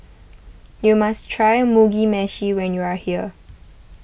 you must try Mugi Meshi when you are here